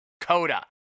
Coda